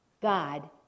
God